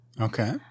Okay